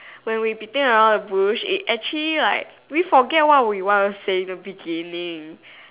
when we beating around the bush it actually like we forget what we wanna say in the beginning